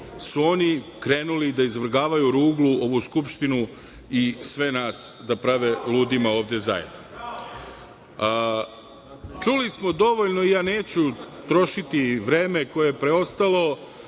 su oni krenuli da izvrgavaju ruglu ovu Skupštinu i sve nas da prave ludima ovde zajedno. Čuli smo dovoljno ja neću trošiti vreme koje je preostalo